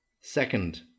second